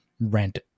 rent